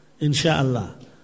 Insha'Allah